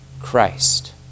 Christ